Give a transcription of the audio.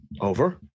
Over